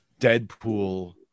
Deadpool